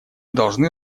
должны